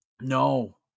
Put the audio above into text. no